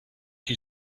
you